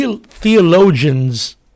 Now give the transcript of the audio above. theologians